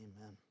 Amen